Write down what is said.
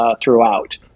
throughout